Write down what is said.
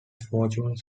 fortunes